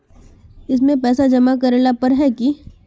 इसमें पैसा जमा करेला पर है की?